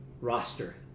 roster